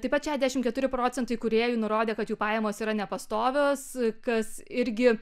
taip pat šešiasdešimt keturi procentai kūrėjų nurodė kad jų pajamos yra nepastovios kas irgi